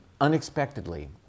unexpectedly